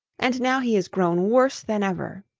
and now he is grown worse than ever.